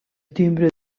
timbre